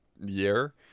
year